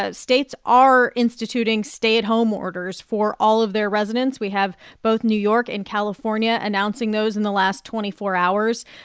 ah states are instituting stay at home orders for all of their residents. we have both new york and california announcing those in the last twenty four hours.